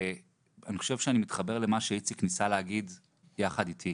אני חושב שאני מתחבר למה שאיציק ניסה להגיד יחד אתי,